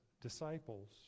disciples